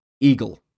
eagle